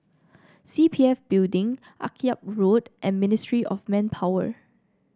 C P F Building Akyab Road and Ministry of Manpower